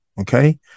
Okay